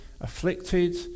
afflicted